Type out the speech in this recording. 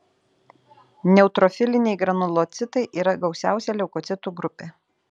neutrofiliniai granulocitai yra gausiausia leukocitų grupė